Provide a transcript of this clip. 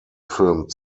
filmed